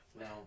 Now